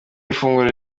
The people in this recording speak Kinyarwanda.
ifunguro